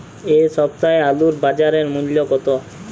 এ সপ্তাহের আলুর বাজার মূল্য কত?